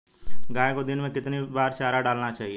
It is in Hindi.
गाय को दिन में कितनी बार चारा डालना चाहिए?